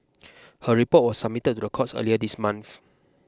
her report was submitted to the courts earlier this month